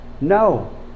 No